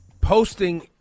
posting